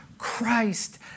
Christ